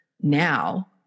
now